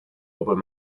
open